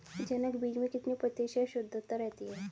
जनक बीज में कितने प्रतिशत शुद्धता रहती है?